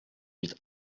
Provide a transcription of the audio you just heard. huit